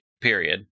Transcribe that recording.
period